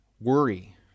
worry